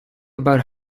about